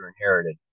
inherited